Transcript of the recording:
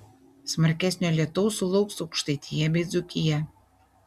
smarkesnio lietaus sulauks aukštaitija bei dzūkija